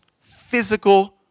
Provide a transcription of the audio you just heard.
physical